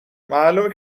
معلومه